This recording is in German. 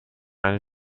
einen